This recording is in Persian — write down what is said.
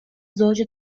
زوج